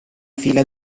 fila